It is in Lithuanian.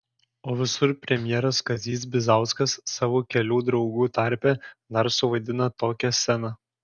o visur premjeras kazys bizauskas savo kelių draugų tarpe dar suvaidina tokią sceną